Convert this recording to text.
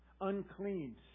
Unclean